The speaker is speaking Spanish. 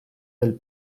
del